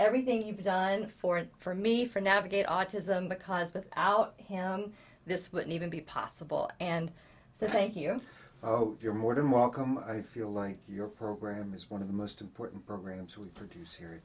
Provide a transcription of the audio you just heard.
everything you've done for and for me for navigate autism because without him this whitney even be possible and so thank you oh you're more than welcome i feel like your program is one of the most important programs we produce